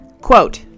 quote